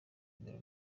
imbere